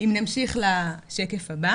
בשקף הבא